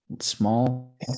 small